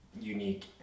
unique